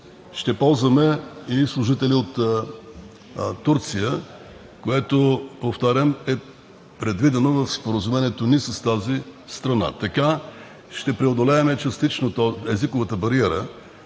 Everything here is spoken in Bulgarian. Ще ползваме и служители от Турция, което, повтарям, е предвидено в споразумението ни с тази страна. Така ще преодолеем частично езиковата бариера,